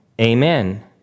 amen